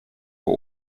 for